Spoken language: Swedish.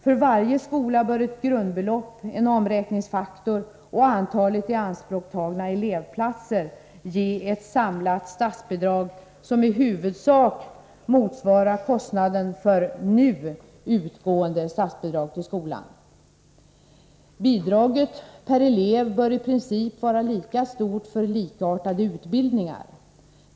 För varje skola bör ett grundbelopp, en omräkningsfaktor och antalet ianspråktagna elevplatser ge ett sammanlagt statsbidrag som i huvudsak motsvarar kostnaden för nu utgående statsbidrag till skolan. Bidraget per elev bör i princip vara lika stort för likartade utbildningar.